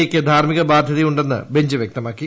A യ്ക്ക് ധാർമ്മിക ബാധ്യതയുണ്ടെന്ന് ബഞ്ച് വ്യക്തമാക്കി